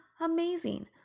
Amazing